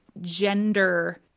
gender